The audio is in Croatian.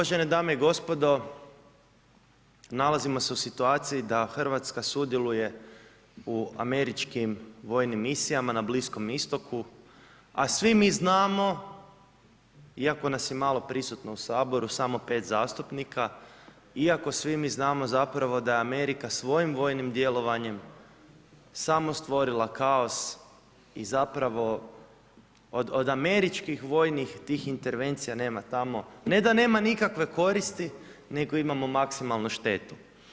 Uvažene dame i gospodo, nalazimo se u situaciji da RH sudjeluje u američkim vojnim misijama na Bliskom Istoku, a svi mi znamo iako nas je malo prisutno u Saboru, samo 5 zastupnika, iako svi mi znamo zapravo da je Amerika svojim vojnim djelovanjem samo stvorila kaos i zapravo od američkih vojnih tih invervencija nema tamo, ne da nema nikakve koristi nego imamo maksimalnu štetu.